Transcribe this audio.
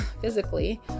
physically